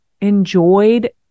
enjoyed